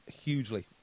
hugely